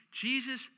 Jesus